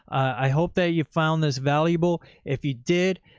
i hope that you found this valuable if you did.